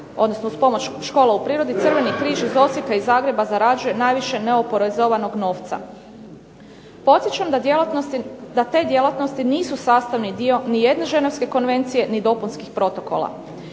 odnosno uz pomoć škola u prirodi Crveni križ iz Osijeka i Zagreba zarađuje najviše neoporezovanog novca. Podsjećam da djelatnosti, da te djelatnosti nisu sastavni dio ni jedne ženevske konvencije, ni dopunskih protokola.